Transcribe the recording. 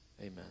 Amen